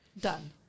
Done